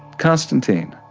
constantine,